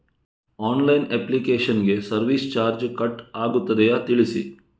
Online application ಗೆ service charge cut ಆಗುತ್ತದೆಯಾ ತಿಳಿಸಿ?